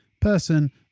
person